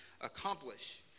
accomplish